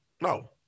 No